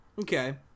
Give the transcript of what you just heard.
Okay